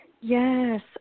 Yes